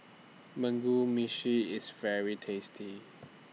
Mugi Meshi IS very tasty